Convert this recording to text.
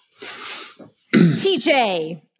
TJ